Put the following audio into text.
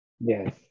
Yes